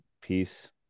peace